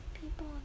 people